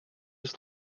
just